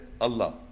Allah